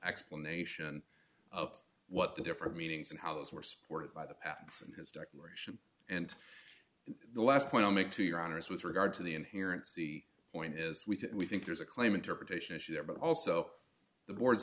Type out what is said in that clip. explanation of what the different meanings and how those were supported by the apps and his declaration and the last point i'll make to your honor's with regard to the inherent see point is we think there's a claim interpretation issue there but also the board